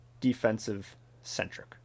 defensive-centric